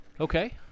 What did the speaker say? Okay